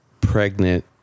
pregnant